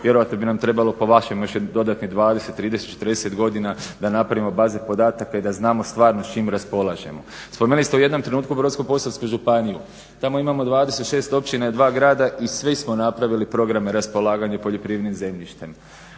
vjerojatno bi nam trebalo po vašem još dodatnih 20, 30, 40 godina da napravimo baze podataka i da znamo stvarno s čim raspolažemo. Spomenuli ste u jednom trenutku Brodsko-posavsku županiju. Tamo imamo 26 općina i 2 grada i svi smo napravili programe raspolaganja poljoprivrednim zemljištem,